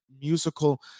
Musical